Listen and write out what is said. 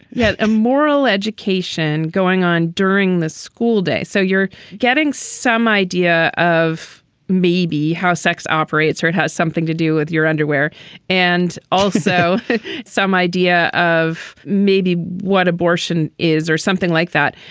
yet a moral education going on during the school day. so you're getting some idea of maybe how sex operates or it has something to do with your underwear and also some idea of maybe what abortion is or something like that.